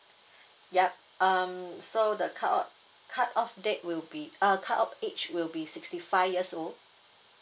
yup um so the cut off cut off date will be uh cut off age will be sixty five years old